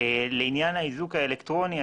לעניין האיזוק האלקטרוני,